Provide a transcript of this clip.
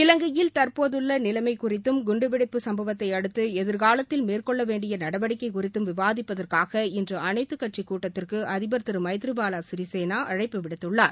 இலங்கையில் தற்போதுள்ள நிலைமை குறித்தும் குண்டுவெடிப்புச் சும்பவத்தை அடுத்து எதிர்காலத்தில் மேற்கொள்ள வேண்டிய நடவடிக்கை குறித்தும் விவாதிப்பதற்காக இன்று அனைத்துக் கட்சிக் கூட்டத்திற்கு அதிபர் மைத்ரிபால சிறிசேனா அழைப்பு விடுத்துள்ளார்